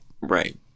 Right